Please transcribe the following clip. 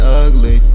ugly